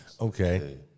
Okay